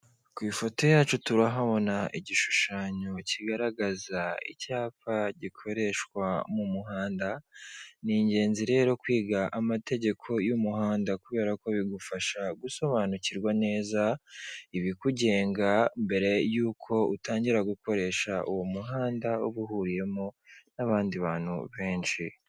Ku ifoto yacu turahabona igishushanyo kigaragaza icyapa gikoreshwa mu muhanda, ni ingenzi rero kwiga amategeko y'umuhanda kubera ko bigufasha gusobanukirwa neza ibikugenga, mbere y'uko utangira gukoresha uwo muhanda uba uhuriyemo n'abandi bantu benshi.